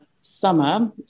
summer